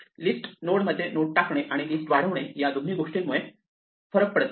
list मध्ये node टाकणे आणि लिस्ट वाढविणे या दोन्ही गोष्टी मुळे फरक पडत नाही